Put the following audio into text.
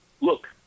look